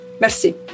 merci